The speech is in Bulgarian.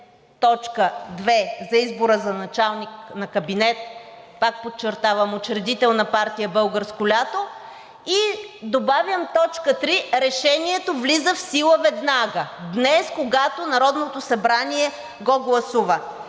т. 2 за избора за началник на кабинет, пак подчертавам – учредител на партия „Българско лято“ и добавям т. 3: „Решението влиза в сила веднага“ – днес, когато Народното събрание го гласува.